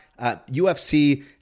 UFC